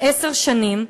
עשר שנים,